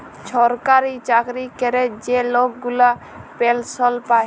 ছরকারি চাকরি ক্যরে যে লক গুলা পেলসল পায়